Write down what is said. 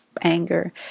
anger